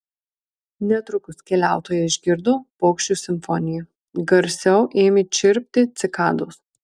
netrukus keliautojai išgirdo paukščių simfoniją garsiau ėmė čirpti cikados